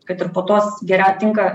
kad ir po tos geriau tinka